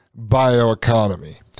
bioeconomy